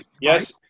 Yes